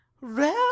rare